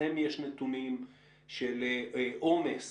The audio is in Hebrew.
יש נתונים של עומס